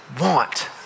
want